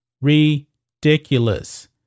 ridiculous